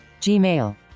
gmail